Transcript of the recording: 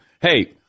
hey